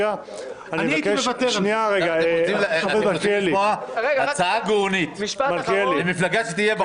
אני מבקש --- יש לי הצעה גאונית: למפלגה שיהיו לה